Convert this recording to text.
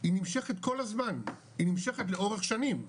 היא נמשכת כל הזמן, היא נמשכת לאורך שנים,